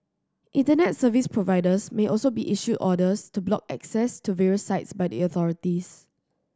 Internet service providers may also be issued orders to block access to various sites by the authorities